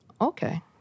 Okay